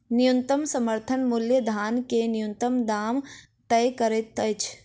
न्यूनतम समर्थन मूल्य धान के न्यूनतम दाम तय करैत अछि